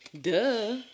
Duh